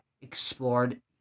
explored